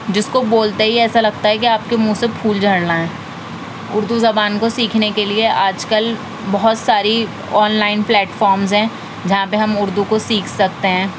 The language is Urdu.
جس کو بولتے ہی ایسا لگتا ہے کی آپ کے منہ سے پھول جھڑ رہے ہیں اردو زبان کو سیکھنے کے لیے آج کل بہت ساری آن لائن پلیٹ فارمز ہیں جہاں پہ ہم اردو کو سیکھ سکتے ہیں